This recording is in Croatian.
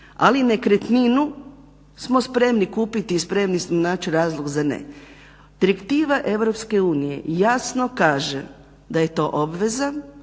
Ali nekretninu smo spremni kupiti i spremi smo naći razlog za ne. Direktiva Europske unije jasno kaže da je to obveza,